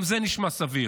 גם זה נשמע סביר.